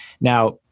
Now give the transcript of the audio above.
Now